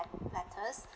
lettuce